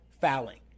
fouling